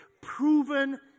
proven